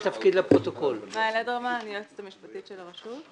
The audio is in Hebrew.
אני היועצת המשפטית של הרשות.